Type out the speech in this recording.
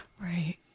right